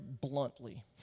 bluntly